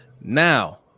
now